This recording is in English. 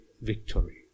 victory